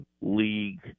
league